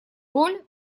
роль